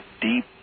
deep